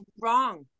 wrong